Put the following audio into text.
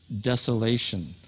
desolation